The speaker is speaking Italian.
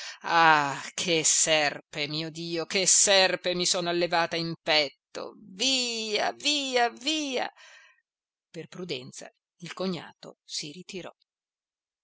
ah che serpe mio dio che serpe mi sono allevata in petto via via via per prudenza il cognato si ritirò